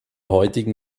heutigen